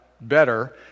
better